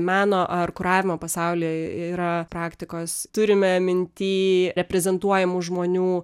meno ar kuravimo pasaulyje yra praktikos turime minty reprezentuojamų žmonių